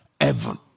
heaven